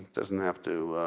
doesn't have to.